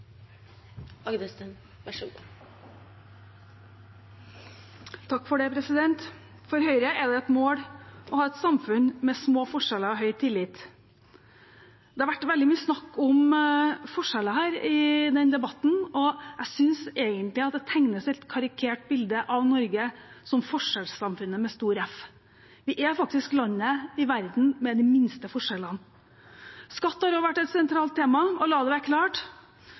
det et mål å ha et samfunn med små forskjeller og høy tillit. Det har vært veldig mye snakk om forskjeller i denne debatten, og jeg synes egentlig det tegnes et karikert bilde av Norge som Forskjellssamfunnet med stor F. Vi er faktisk landet i verden med de minste forskjellene. Skatt har også vært et sentralt tema. Og la det være klart: